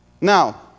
Now